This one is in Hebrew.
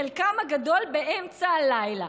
חלקם הגדול באמצע הלילה.